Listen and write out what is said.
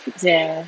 ya sia